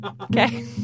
Okay